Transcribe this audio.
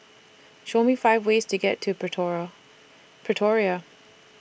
Show Me five ways to get to Pretoria